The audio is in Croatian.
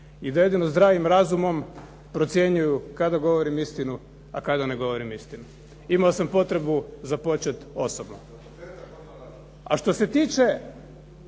i da jedino zdravim razumom procjenjuju kada govorim istinu, a kada ne govorim istinu. Imao sam potrebu započeti osobno. A što se tiče